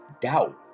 doubt